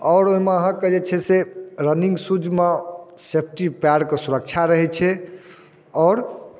आओर ओहिमे अहाँके जे छै से रनिंग सूजमे सेफ्टी पएरके सुरक्षा रहै छै आओर